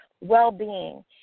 well-being